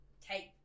take